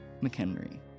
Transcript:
McHenry